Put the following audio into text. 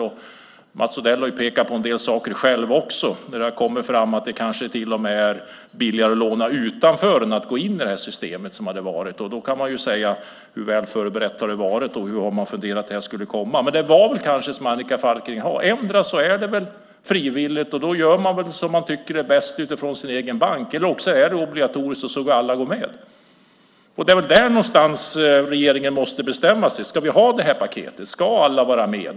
Mats Odell har också själv pekat på en del saker när det har kommit fram att det kanske till och med är billigare att låna utanför än att gå in i systemet. Då kan man fråga sig hur väl förberett det har varit och hur man har funderat att det skulle komma. Det är kanske som Annika Falkengren sade. Endera är det frivilligt. Då gör man som man tycker är bäst utifrån sin egen bank. Eller så är det obligatoriskt så att alla går med. Det är någonstans där som regeringen måste bestämma sig. Ska vi ha det här paketet? Ska alla vara med?